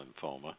lymphoma